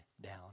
down